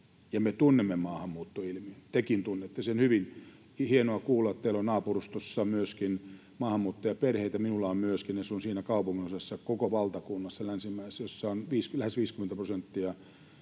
me tunnemme maahanmuuttoilmiön. Tekin tunnette sen hyvin. Hienoa kuulla, että teillä on naapurustossa myöskin maahanmuuttajaperheitä. Minulla on myöskin. Asun yhdessä harvoista kaupunginosista koko valtakunnassa, Länsimäessä, jossa on lähes 50 prosenttia